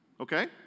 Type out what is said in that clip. Okay